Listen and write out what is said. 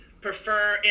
prefer